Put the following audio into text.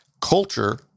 culture